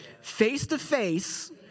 face-to-face